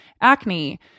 acne